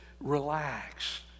relax